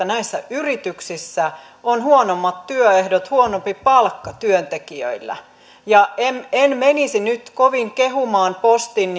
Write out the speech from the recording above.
näissä yrityksissä on huonommat työehdot huonompi palkka työntekijöillä en en menisi nyt kovin kehumaan postin